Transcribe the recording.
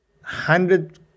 hundred